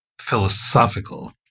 philosophical